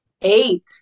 Eight